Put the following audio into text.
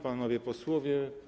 Panowie Posłowie!